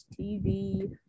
TV